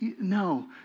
no